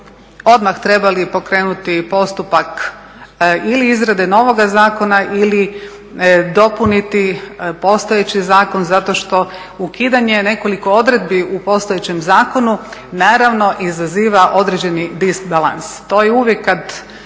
odmah trebali pokrenuti postupak ili izrade novoga zakona ili dopuniti postojeći zakon zato što ukidanje nekoliko odredbi u postojećem zakonu naravno izaziva određeni disbalans. To je uvijek kad